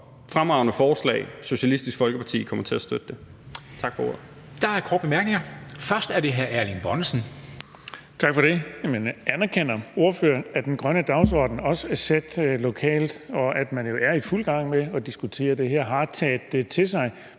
fremragende forslag. Socialistisk Folkeparti kommer til at støtte det.